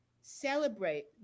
celebrate